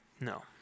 No